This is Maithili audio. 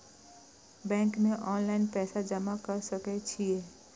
बैंक में ऑनलाईन पैसा जमा कर सके छीये?